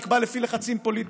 נקבעת לפי לחצים פוליטיים.